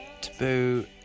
Taboo